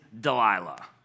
Delilah